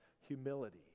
humility